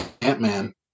ant-man